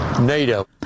NATO